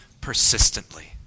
persistently